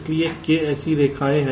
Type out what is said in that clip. इसलिए k ऐसी रेखाएँ हैं